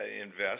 invest